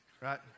right